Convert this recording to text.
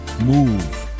move